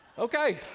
Okay